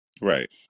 Right